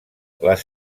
les